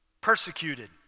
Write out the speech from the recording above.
persecuted